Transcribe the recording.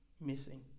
missing